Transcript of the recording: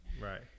right